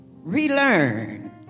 relearn